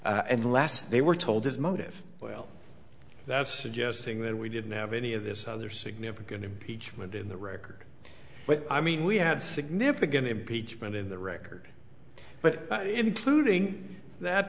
last they were told his motive well that's suggesting that we didn't have any of this other significant impeachment in the record i mean we have significant impeachment in the record but including that